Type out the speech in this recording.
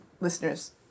listeners